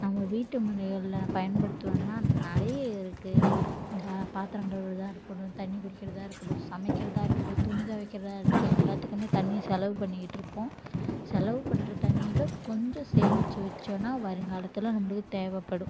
நம்ம வீட்டு முறைகளில் பயன்படுத்துவன்னால் நிறைய இருக்குது பா பாத்திரம் கழுவுகிறதா இருக்கட்டும் தண்ணி குடிக்கிறதா இருக்கட்டும் சமைக்கிறதா இருக்கட்டும் துணி துவைக்கிறதா இருக்கட்டும் எல்லாத்துக்குமே தண்ணியை செலவு பண்ணிக்கிட்டிருக்கோம் செலவு பண்ணுற தண்ணியில் கொஞ்சம் சேமித்து வைச்சோன்னா வருங்காலத்தில் நம்மளுக்கு தேவைப்படும்